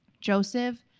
Joseph